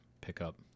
pickup